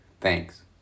Thanks